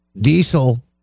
Diesel